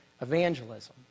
evangelism